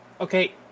Okay